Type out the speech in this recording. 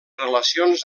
relacions